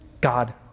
God